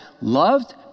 loved